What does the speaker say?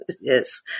Yes